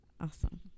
awesome